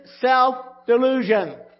self-delusion